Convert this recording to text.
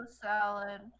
salad